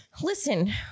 Listen